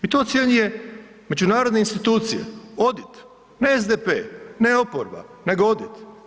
I to ocjenjuju međunarodne institucije ODIT, ne SDP, ne oporba, nego ODIT.